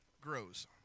Grows